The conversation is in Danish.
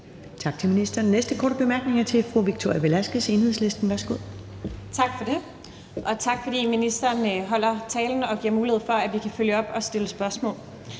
Tak til ministeren. Den næste korte bemærkning er fra fru Victoria Velasquez, Enhedslisten. Værsgo. Kl. 11:53 Victoria Velasquez (EL): Tak for det, og tak, fordi ministeren holder talen og giver mulighed for, at vi kan følge op og stille spørgsmål.